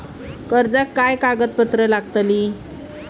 कर्जाक काय कागदपत्र लागतली?